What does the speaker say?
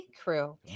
Crew